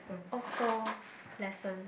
auto lesson